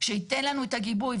שייתן לנו את הגיבוי.